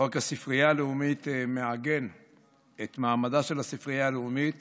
חוק הספרייה הלאומית מעגן את מעמדה של הספרייה הלאומית